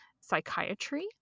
psychiatry